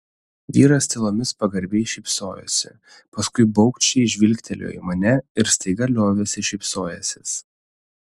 vyras tylomis pagarbiai šypsojosi paskui baugščiai žvilgtelėjo į mane ir staiga liovėsi šypsojęsis